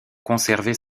conserver